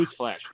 newsflash